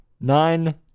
Nine